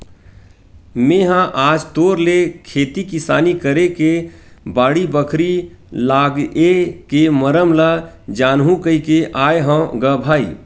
मेहा आज तोर ले खेती किसानी करे के बाड़ी, बखरी लागए के मरम ल जानहूँ कहिके आय हँव ग भाई